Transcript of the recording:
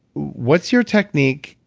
what's your technique?